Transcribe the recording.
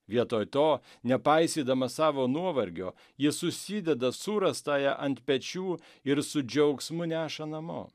vietoj to nepaisydamas savo nuovargio jis užsideda surastąją ant pečių ir su džiaugsmu neša namo